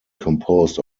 composed